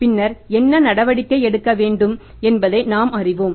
பின்னர் என்ன நடவடிக்கை எடுக்க வேண்டும் என்பதை நாம் அறிவோம்